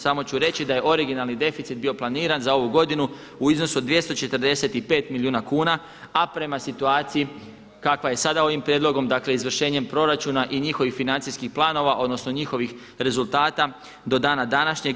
Samo ću reći da je originalni deficit bio planiran za ovu godinu u iznosu od 245 milijuna kuna, a prema situaciji kakva je sada ovim prijedlogom, dakle izvršenjem proračuna i njihovih financijskih planova, odnosno njihovih rezultata do dana današnjeg.